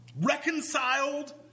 reconciled